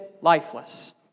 lifeless